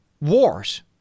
wars